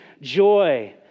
joy